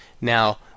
Now